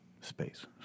space